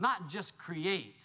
not just create